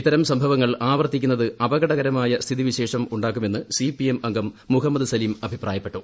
ഇത്തരം സംഭവങ്ങൾ ആവർത്തിക്കുന്നത് അപകടകരമായ സ്ഥിതിവിശേഷം ഉ ാക്കുമെന്ന് സിപിഎം അംഗം മുഹമ്മദ് സലീം അഭിപ്രായപ്പെട്ടു